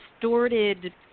distorted